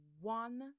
One